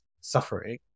suffering